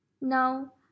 now